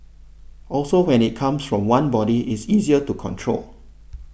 also when it comes from one body it's easier to control